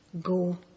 Go